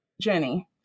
Jenny